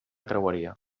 creueria